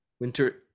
Winter